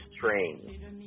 Train